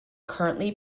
currently